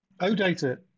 OData